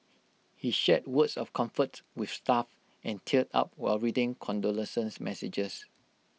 he shared words of comfort with staff and teared up while reading condolence messages